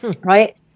Right